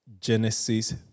Genesis